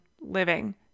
living